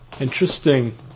Interesting